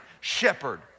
shepherd